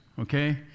okay